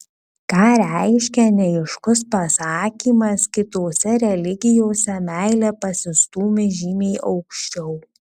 ką reiškia neaiškus pasakymas kitose religijose meilė pasistūmi žymiai aukščiau